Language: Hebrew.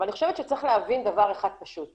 אבל אני חושבת שצריך להבין דבר אחד פשוט,